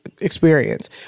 experience